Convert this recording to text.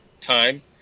time